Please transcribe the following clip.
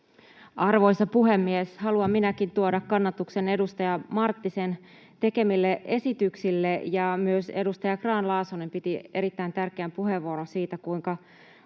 Arvoisa puhemies! Haluan minäkin tuoda kannatuksen edustaja Marttisen tekemille esityksille. Myös edustaja Grahn-Laasonen piti erittäin tärkeän puheenvuoron siitä, kuinka